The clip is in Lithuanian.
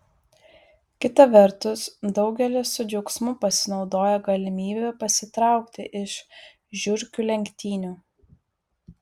kita vertus daugelis su džiaugsmu pasinaudoja galimybe pasitraukti iš žiurkių lenktynių